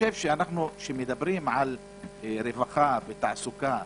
כשמדברים על רווחה ותעסוקה